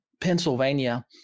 Pennsylvania